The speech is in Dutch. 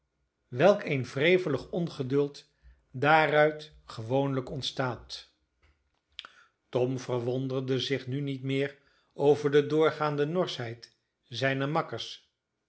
welk een wrevelig ongeduld daaruit gewoonlijk ontstaat tom verwonderde zich nu niet meer over de doorgaande norschheid zijner makkers